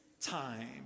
time